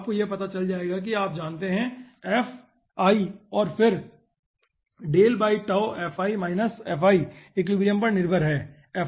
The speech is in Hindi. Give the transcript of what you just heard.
आपको यह पता चल जाएगा कि यह आप जानते है और फिर एक्विलिब्रियम पर निर्भर है